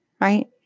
right